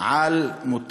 על מות